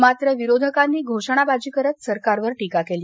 मात्र विरोधकांनी घोषणाबाजी करत सरकारवर टीका केली